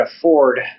afford